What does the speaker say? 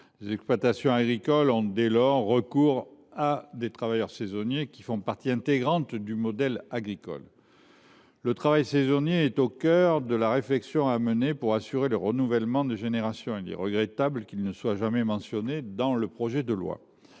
les exploitants agricoles ont recours aux travailleurs saisonniers, qui font partie intégrante du modèle agricole. Le travail saisonnier est au cœur de la réflexion à mener pour assurer le renouvellement des générations ; il est regrettable qu’il ne soit jamais mentionné dans ce projet de loi.